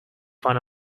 one